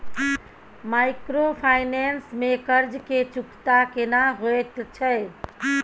Microfinance में कर्ज के चुकता केना होयत छै?